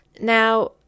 Now